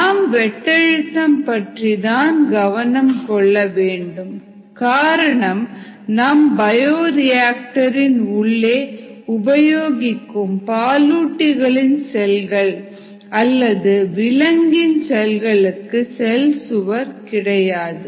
நாம் வெட்டழுத்தம் பற்றி தான் கவனம் கொள்ள வேண்டும் காரணம் நாம் பயோரியாக்டர் இன் உள்ளே உபயோகிக்கும் பாலூட்டிகளின் செல்கள் அல்லது விலங்கின் செல்களுக்கு செல்சுவர் கிடையாது